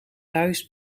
thuis